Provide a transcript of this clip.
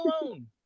alone